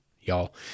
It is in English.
y'all